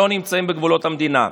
הם לא נמצאים בגבולות המדינה.